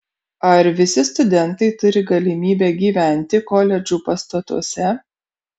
ar visi studentai turi galimybę gyventi koledžų pastatuose